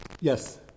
yes